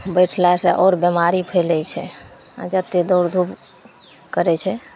बैठलासे आओर बेमारी फैलै छै आओर जतेक दौड़धूप करै छै